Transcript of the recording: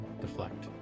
deflect